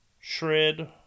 shred